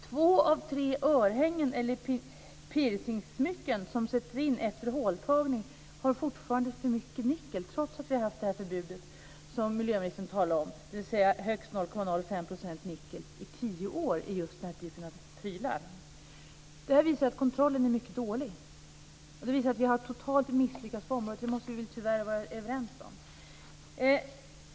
Två av tre örhängen eller piercing-smycken som sätts in efter håltagning innehåller fortfarande för mycket nickel, trots att vi i tio år just när det gäller den här typen av prylar har haft det förbud som miljöministern talar om, dvs. högst 0,05 % nickel. Detta visar att kontrollen är mycket dålig och att vi totalt har misslyckats på området. Det måste vi väl tyvärr vara överens om.